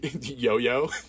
yo-yo